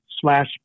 slash